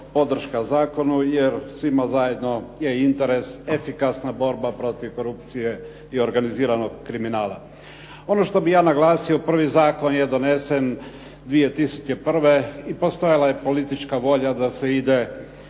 podrška zakonu jer svima zajedno je interes efikasna borba protiv korupcije i organiziranog kriminala. Ono što bih ja naglasio, prvi zakon je donesen 2001. i postojala je politička volja da se ide,